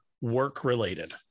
work-related